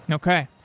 and okay.